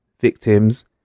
victims